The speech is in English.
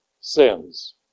sins